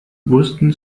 wussten